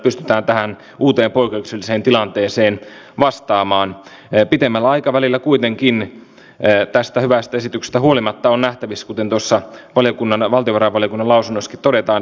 minä en kerkiä kaikkiin tietenkään vastaamaan pitemmällä aikavälillä kuitenkin jää tästä hyvästä esityksestä huolimatta on nähtävis kuten tuossa mutta sanon muutamaan vielä